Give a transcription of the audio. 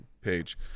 page